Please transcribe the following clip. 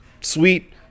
sweet